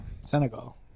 Senegal